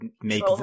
make